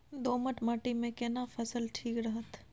दोमट माटी मे केना फसल ठीक रहत?